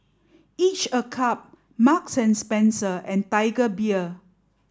each a cup Marks and Spencer and Tiger Beer